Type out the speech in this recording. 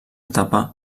etapa